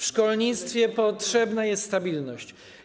W szkolnictwie potrzebna jest stabilność.